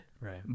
Right